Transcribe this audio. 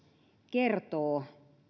kertoo